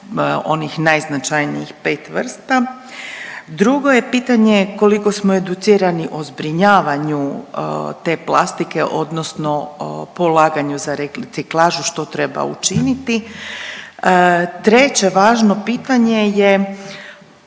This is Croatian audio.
onih najznačajnijih 5 vrsta, drugo je pitanje koliko smo educirani o zbrinjavanju te plastike odnosno o polaganju za reciklažu, što treba učiniti. Treće važno pitanje je,